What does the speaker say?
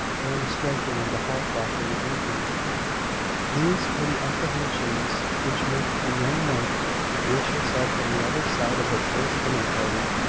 or the striking of the hall clock in the evening these are the apprehensions which make the young wife wish herself on the other side of her first dinner-party,